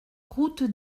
route